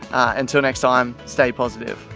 until next time, stay positive.